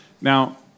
Now